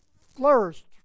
flourished